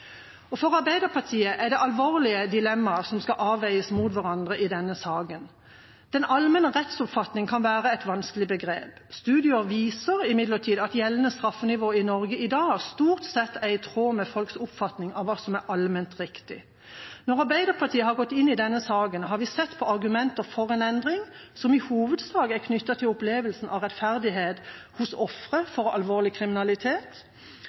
For Arbeiderpartiet er det alvorlige dilemma som skal avveies mot hverandre i denne saken. Den allmenne rettsoppfatning kan være et vanskelig begrep. Studier viser imidlertid at gjeldende straffenivå i Norge i dag stort sett er i tråd med folks oppfatning av hva som er allment riktig. Når Arbeiderpartiet har gått inn i denne saken, har vi sett på argumenter for en endring, som i hovedsak er knyttet til opplevelsen av rettferdighet hos ofre for alvorlig kriminalitet.